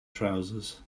trousers